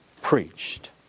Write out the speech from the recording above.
preached